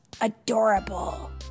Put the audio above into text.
adorable